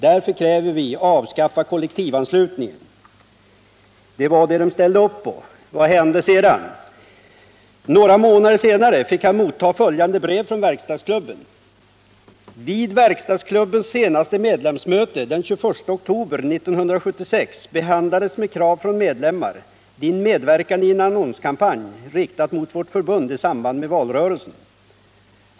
Därför kräver vi: Några månader senare fick denna medlem motta följande brev från Verkstadsklubben: ”Vid Verkstadsklubbens senaste medlemsmöte den 21 oktober 1976 behandlades, med krav från medlemmar, Din medverkan i den annonskampanj riktad mot vårt Förbund i samband med valrörelsen.